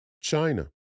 China